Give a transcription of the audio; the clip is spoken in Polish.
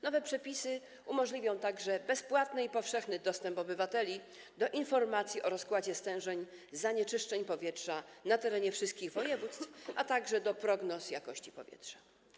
Nowe przepisy umożliwią także bezpłatny i powszechny dostęp obywateli do informacji o rozkładzie stężeń zanieczyszczeń powietrza na terenie wszystkich województw, a także do prognoz jakości powietrza.